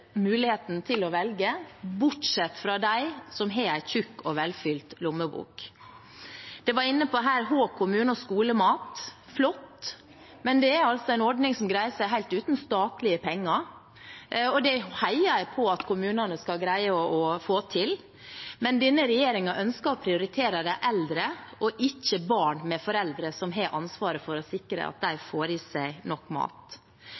muligheten til å velge, bortsett fra dem som har en tjukk og velfylt lommebok. Man var inne på Hå kommune og skolemat. Det er flott, men det er altså en ordning som greier seg helt uten statlige penger. Det heier jeg på at kommunene skal greie å få til, men denne regjeringen ønsker å prioritere de eldre og ikke barn med foreldre som har ansvaret for å sikre at de får i seg nok mat.